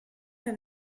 que